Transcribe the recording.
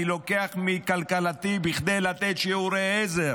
אני לוקח מכלכלתי כדי לתת שיעורי עזר